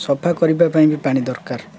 ସଫା କରିବା ପାଇଁ ବି ପାଣି ଦରକାର